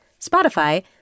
Spotify